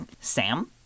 Sam